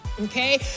okay